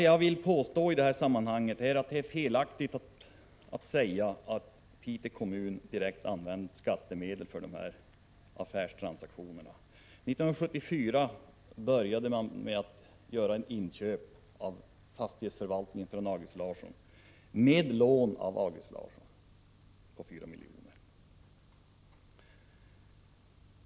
Jag vill i detta sammanhang påstå att det är felaktigt att säga att Piteå kommun direkt använt skattemedel för dessa affärstransaktioner. Man började 1974 med ett inköp av fastigheter från August Larsson och med ett lån på 4 milj.kr. från denne.